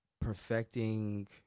perfecting